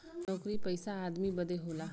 नउकरी पइसा आदमी बदे होला